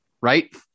right